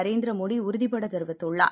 நரேந்திரமோடிஉறுதிபடதெரிவித்துள்ளார்